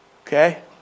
okay